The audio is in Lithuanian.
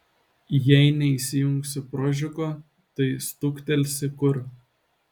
jei neįsijungsi prožiko tai stuktelsi kur